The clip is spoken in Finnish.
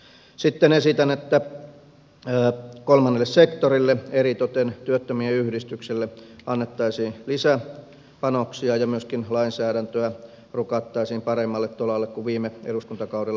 sitten esitän että kolmannelle sektorille eritoten työttömien yhdistyksille annettaisiin lisäpanoksia ja myöskin lainsäädäntöä rukattaisiin paremmalle tolalle kuin viime eduskuntakaudella